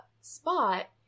spot